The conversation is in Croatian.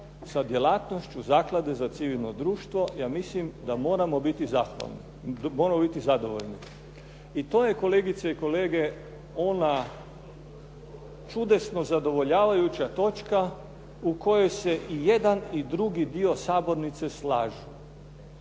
sa djelatnošću zaklade za civilno društvo ja mislim da moramo biti zahvalni, moramo biti zadovoljni. I to je, kolegice i kolege, ona čudesno zadovoljavajuća točka u kojoj se i jedan i drugi sabornice slažu.